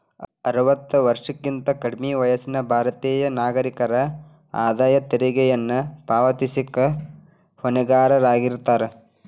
ಅರವತ್ತ ವರ್ಷಕ್ಕಿಂತ ಕಡ್ಮಿ ವಯಸ್ಸಿನ ಭಾರತೇಯ ನಾಗರಿಕರ ಆದಾಯ ತೆರಿಗೆಯನ್ನ ಪಾವತಿಸಕ ಹೊಣೆಗಾರರಾಗಿರ್ತಾರ